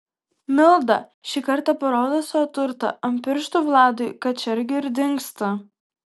milda šį kartą parodo savo turtą ant pirštų vladui kačergiui ir dingsta